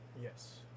Yes